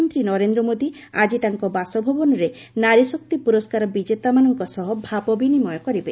ପ୍ରଧାନମନ୍ତ୍ରୀ ନରେନ୍ଦ୍ର ମୋଦି ଆକି ତାଙ୍କ ବାସଭବନରେ ନାରୀଶକ୍ତି ପୁରସ୍କାର ବିଜେତାମାନଙ୍କ ସହ ଭାବ ବିନିମୟ କରିବେ